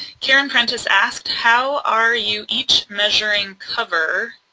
karen prentice asked, how are you each measuring cover.